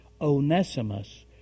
Onesimus